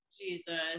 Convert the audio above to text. Jesus